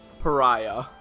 pariah